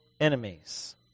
enemies